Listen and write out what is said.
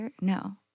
no